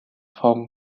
hong